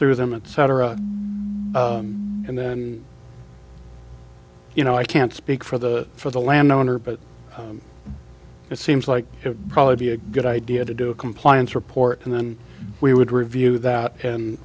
through them and cetera and then you know i can't speak for the for the land owner but it seems like it's probably a good idea to do a compliance report and then we would review that and